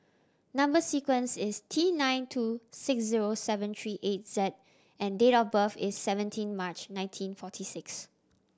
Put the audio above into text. number sequence is T nine two six zero seven three eight Z and date of birth is seventeen March nineteen forty six